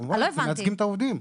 כמובן, כי אנחנו מייצגים את העובדים.